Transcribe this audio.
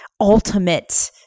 ultimate